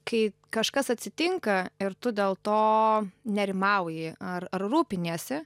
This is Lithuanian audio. kai kažkas atsitinka ir tu dėl to nerimauji ar ar rūpiniesi